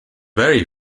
very